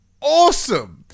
awesome